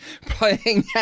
playing